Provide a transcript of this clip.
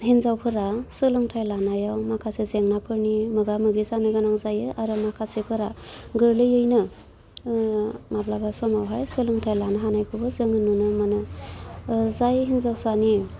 हिन्जावफोरा सोलोंथाइ लानायाव माखासे जेंनाफोरनि मोगा मोगि जानो गोनां जायो आरो माखासेफोरा गोरलैयैनो माब्लाबा समावहाय सोलोंथाइ लानो हानायखौबो जोङो नुनो मोनो फ्राय हिन्जावसानि